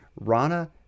Rana